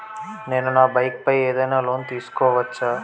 నేను నా బైక్ పై ఏదైనా లోన్ తీసుకోవచ్చా?